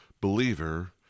believer